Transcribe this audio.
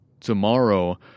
tomorrow